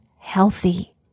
healthy